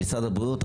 למשרד הבריאות,